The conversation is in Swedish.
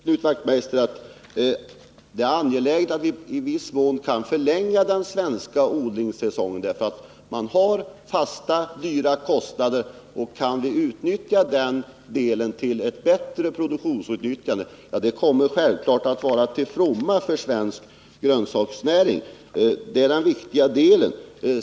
Fru talman! Jag vill säga till Knut Wachtmeister att det är angeläget att vi i viss mån kan förlänga den svenska odlingssäsongen. Man har fasta, höga kostnader, och kan vi få ett bättre produktionsutnyttjande i detta viktiga avseende, kommer det självfallet att vara till ffomma för svensk grönsaksnäring.